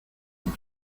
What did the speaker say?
pero